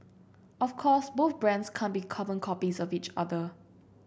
of course both brands can't be carbon copies of each other